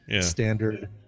standard